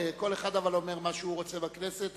כל אחד אומר מה שהוא רוצה בכנסת,